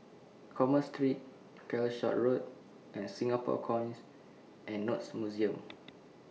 Commerce Street Calshot Road and Singapore Coins and Notes Museum